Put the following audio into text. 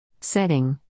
Setting